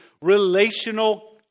relational